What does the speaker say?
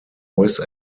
voice